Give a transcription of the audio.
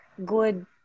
Good